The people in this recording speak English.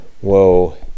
Whoa